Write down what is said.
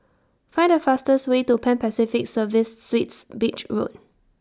Find The fastest Way to Pan Pacific Serviced Suites Beach Road